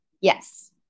Yes